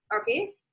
Okay